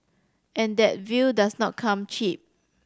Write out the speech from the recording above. and that view does not come cheap